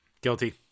Guilty